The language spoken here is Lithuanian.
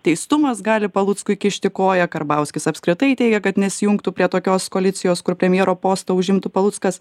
teistumas gali paluckui kišti koją karbauskis apskritai teigia kad nesijungtų prie tokios koalicijos kur premjero postą užimtų paluckas